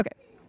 Okay